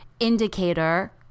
indicator